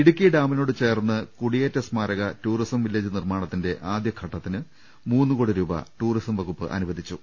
ഇടുക്കി ഡാമിനോട് ചേർന്ന് കൂടിയേറ്റ സ്മാരക ടൂറിസം വില്ലേജ് നിർമ്മാണത്തിന്റെ ആദ്യഘട്ടത്തിന് മൂന്നുകോടി രൂപ ടൂറിസം വകുപ്പ് അനു വദിച്ചു